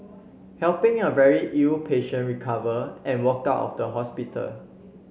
helping a very ill patient recover and walked out of the hospital